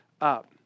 up